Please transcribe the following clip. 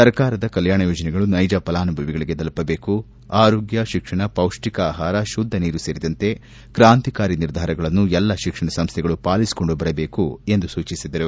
ಸರ್ಕಾರದ ಕಲ್ಕಾಣ ಯೋಜನೆಗಳು ನೈಜ ಫಲಾನುಭವಿಗಳಿಗೆ ತಲುಪಬೇಕು ಆರೋಗ್ಯ ಶಿಕ್ಷಣ ಪೌಷ್ವಿಕ ಆಹಾರ ಶುದ್ದ ನೀರು ಸೇರಿದಂತೆ ಕ್ರಾಂತಿಕಾರಿ ನಿರ್ಧಾರಗಳನ್ನು ಎಲ್ಲಾ ಶಿಕ್ಷಣ ಸಂಸ್ಥೆಗಳು ಪಾಲಿಸಿಕೊಂಡು ಬರಬೇಕು ಎಂದು ಸೂಚಿಸಿದರು